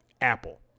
apple